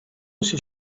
się